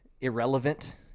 irrelevant